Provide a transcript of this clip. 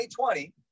2020